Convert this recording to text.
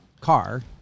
car